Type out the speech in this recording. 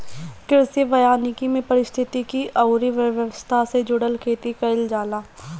कृषि वानिकी में पारिस्थितिकी अउरी अर्थव्यवस्था से जुड़ल खेती कईल जाला